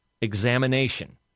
Examination